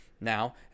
now